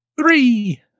Three